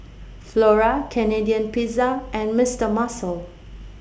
Flora Canadian Pizza and Mister Muscle